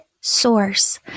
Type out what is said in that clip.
source